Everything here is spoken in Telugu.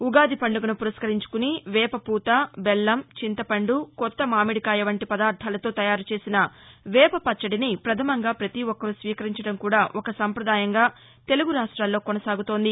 ఉగాది పండుగను పురస్కరించుకుని వేప పూత బెల్లం చింతపండు కొత్త మామిడి కాయ వంటి పదార్దాలతో తయారు చేసిన వేప పచ్చడిని పధమంగా పతి ఒక్కరు స్వీకరించడం కూడా ఒక సంపదాయంగా తెలుగు రాష్ట్రాల్లో కొనసాగుతోంది